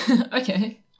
Okay